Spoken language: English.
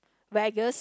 Vegas